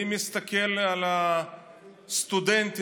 אני מסתכל על הסטודנטים,